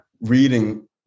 reading